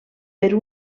per